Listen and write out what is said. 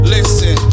Listen